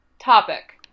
topic